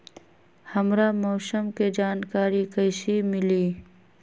हमरा मौसम के जानकारी कैसी मिली?